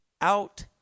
out